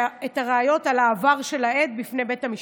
הראיות על העבר של העד בפני בית המשפט.